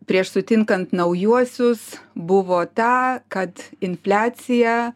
prieš sutinkant naujuosius buvo ta kad infliacija